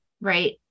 right